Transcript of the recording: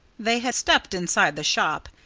they had stepped inside the shop.